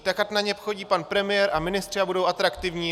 Tak ať na ně chodí pan premiér a ministři a budou atraktivní.